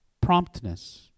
promptness